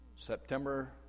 September